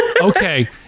Okay